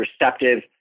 receptive